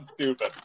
stupid